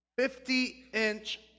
50-inch